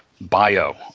bio